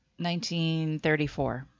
1934